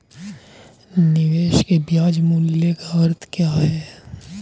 निवेश के ब्याज मूल्य का अर्थ क्या है?